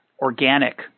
organic